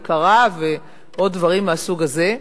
יקרה" ועוד דברים מהסוג הזה.